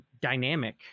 dynamic